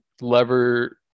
lever